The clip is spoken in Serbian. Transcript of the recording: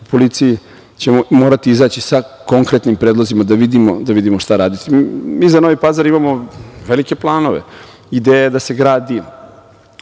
u policiji, moraćemo izaći sa konkretnim predlozima, da vidimo šta raditi. Mi za Novi Pazar imamo veliki planove. Ideja je da se radi